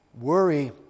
Worry